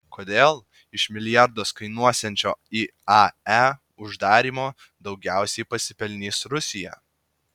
kodėl iš milijardus kainuosiančio iae uždarymo daugiausiai pasipelnys rusija